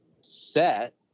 set